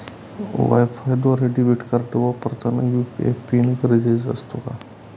वायफायद्वारे debit card वापरताना UPI PIN गरजेचा असतो का?